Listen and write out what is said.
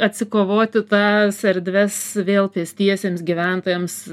atsikovoti tas erdves vėl pėstiesiems gyventojams